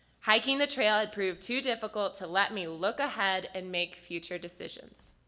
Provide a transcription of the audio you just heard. hiking the trail had proved too difficult to let me look ahead and make future decisions.